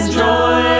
joy